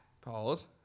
Pause